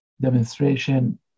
demonstration